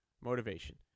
motivation